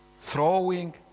throwing